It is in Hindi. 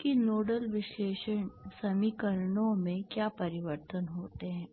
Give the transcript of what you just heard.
कि नोडल विश्लेषण समीकरणों में क्या परिवर्तन होते हैं